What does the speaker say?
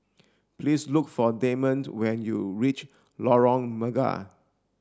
please look for Dameon when you reach Lorong Mega